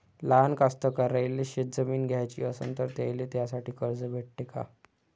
लहान कास्तकाराइले शेतजमीन घ्याची असन तर त्याईले त्यासाठी कर्ज भेटते का?